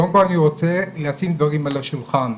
קודם כול, אני רוצה לשים דברים על השולחן.